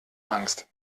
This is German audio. angst